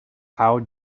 how